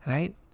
Right